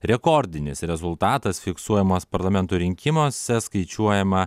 rekordinis rezultatas fiksuojamas parlamento rinkimuose skaičiuojama